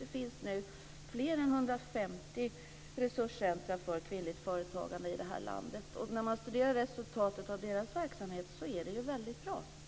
Det finns fler än 150 resurscentrum för kvinnligt företagande i det här landet. Resultatet av deras verksamhet är väldigt bra.